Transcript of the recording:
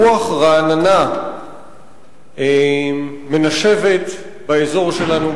רוח רעננה מנשבת באזור שלנו,